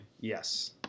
Yes